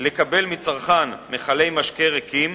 לקבל מצרכן מכלי משקה ריקים